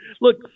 Look